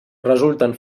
resulten